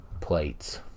plates